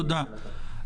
תודה.